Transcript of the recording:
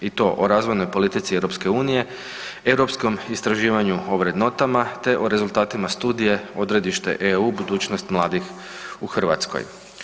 I to o razvojnoj politici EU, europskom istraživanju o vrednotama te o rezultatima studije Odredište EU budućnost mladih u Hrvatskoj.